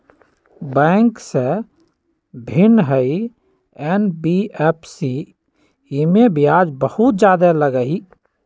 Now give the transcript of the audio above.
Bank से भिन्न हई एन.बी.एफ.सी इमे ब्याज बहुत ज्यादा लगहई?